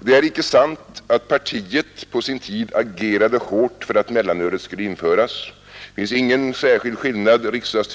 Det är icke sant att partiet på sin tid agerade hårt för att mellanölet skulle införas. Det finns ingen särskild skillnad mellan partierna därvidlag.